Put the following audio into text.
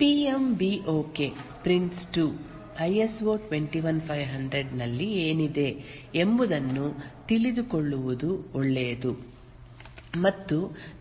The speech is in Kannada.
PM B OK prince 2 ISO 21500 ನಲ್ಲಿ ಏನಿದೆ ಎಂಬುದನ್ನು ತಿಳಿದುಕೊಳ್ಳುವುದು ಒಳ್ಳೆಯದು ಮತ್ತು